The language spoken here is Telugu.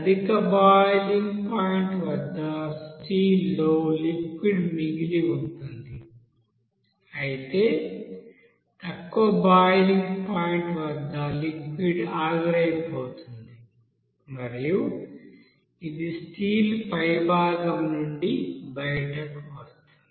అధిక బాయిలింగ్ పాయింట్ వద్ద స్టీల్ లో లిక్విడ్ మిగిలి ఉంటుంది అయితే తక్కువ బాయిలింగ్ పాయింట్ వద్ద లిక్విడ్ ఆవిరైపోతుంది మరియు ఇది స్టీల్ పై భాగం నుండి బయటకు వస్తుంది